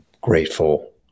Grateful